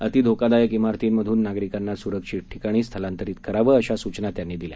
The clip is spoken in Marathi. अती धोकादायक इमारतीमधून नागरिकांना सुरक्षित ठिकाणी स्थळातरीत करावं अशा सूचना त्यांनी दिल्या